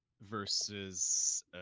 versus